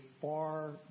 far